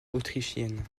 autrichienne